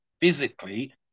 physically